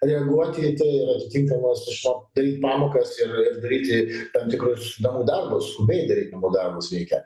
reaguoti į tai ir atitinkamas išmokt daryt pamokas ir ir daryti tam tikrus namų darbus skubiai daryt namų darbus reikia